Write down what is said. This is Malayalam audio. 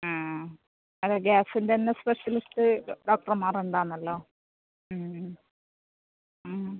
ആ അത് ഗ്യാസിൻ്റെ തന്നെ സ്പെഷ്യലിസ്റ്റ് ഡോക്ടർമാർ ഉണ്ടാവുന്നല്ലോ